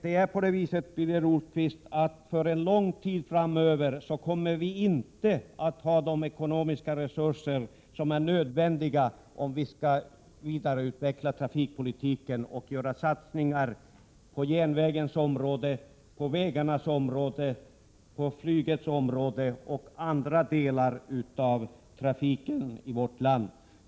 Det är på det sättet, Birger Rosqvist, att för en lång tid framöver kommer vi inte att ha de ekonomiska resurser som är nödvändiga för att vidareutveckla trafikpolitiken och göra satsningar på järnvägens område, på vägarnas område, på flygets område och för andra delar av trafiken i vårt land.